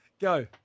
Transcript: Go